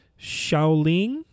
Shaolin